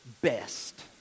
best